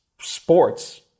sports